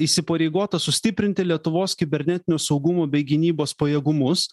įsipareigota sustiprinti lietuvos kibernetinio saugumo bei gynybos pajėgumus